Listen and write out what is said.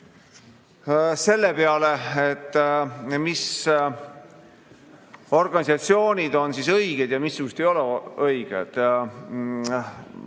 selle peale, mis organisatsioonid on õiged ja missugused ei ole õiged.